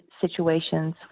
situations